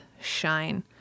Shine